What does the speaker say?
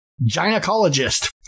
gynecologist